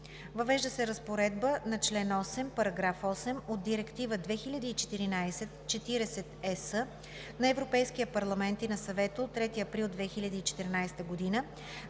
Въвежда се разпоредбата на чл. 8, § 8 от Директива 2014/40/ЕС на Европейския парламент и на Съвета от 3 април 2014 г.